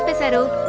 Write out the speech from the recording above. um settle